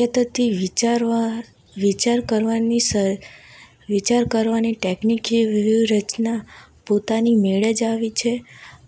યા તો તો વિચારવા વિચાર કરવાની વિચાર કરવાની ટેક્નિક કે વ્યૂહરચના પોતાની મેળે જ આવી છે